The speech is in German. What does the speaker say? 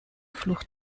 fluch